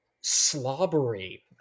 slobbery